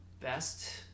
best